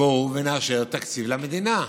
בואו ונאשר תקציב למדינה.